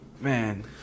man